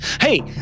Hey